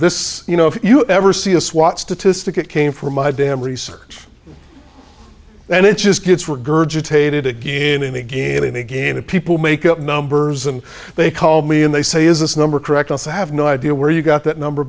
this you know if you ever see a swat statistic it came from my damn research and it just gets regurgitated again and again and again and people make up numbers and they call me and they say is this number correct also have no idea where you got that number